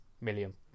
million